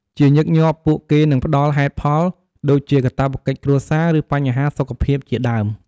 ជាញឹកញាប់ ពួកគេនឹងផ្តល់ហេតុផល ដូចជាកាតព្វកិច្ចគ្រួសារ ឬបញ្ហាសុខភាពជាដើម។